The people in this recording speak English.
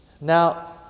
Now